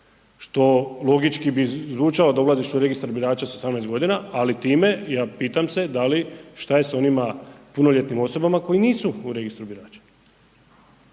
što logički bi zvučalo da ulaziš u Registar birača sa 18. g. ali time ja pitam se da li, šta je sa onima punoljetnim osobama koje nisu u Registru birača?